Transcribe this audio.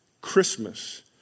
Christmas